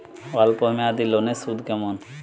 অল্প মেয়াদি লোনের সুদ কেমন?